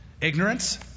Ignorance